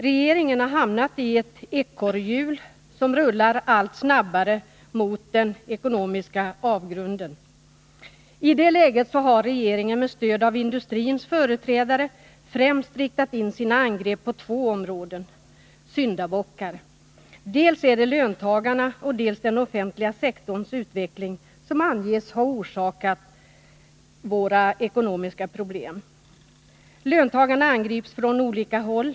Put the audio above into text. Regeringen har hamnat i ett ekorrhjul och rullar allt snabbare mot den ekonomiska avgrunden. I det läget har regeringen med stöd av industrins företrädare främst riktat in sina angrepp på två områden, ”syndabockar”. Det är dels löntagarna, dels den offentliga sektorns utveckling som anges ha orsakat våra ekonomiska problem. Löntagarna angrips från olika håll.